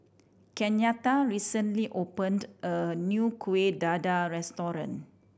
Kenyatta recently opened a new Kueh Dadar restaurant